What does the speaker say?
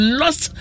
lost